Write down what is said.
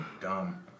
dumb